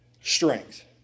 strength